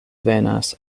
venas